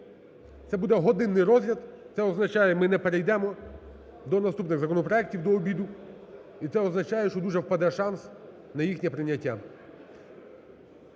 Це буде годинний розгляд, це означає, ми не перейдемо до наступних законопроектів до обіду, і це означає, що дуже впаде шанс на їхнє прийняття.